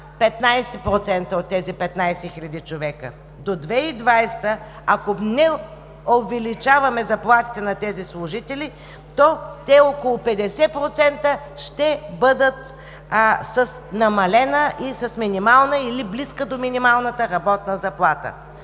15% от тези 15 хиляди човека. До 2020 г., ако не увеличаваме заплатите на тези служители, то те около 50% ще бъдат с намалена и с минимална или близка до минималната работна заплата.